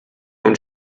und